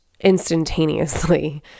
instantaneously